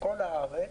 לכל הארץ,